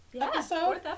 episode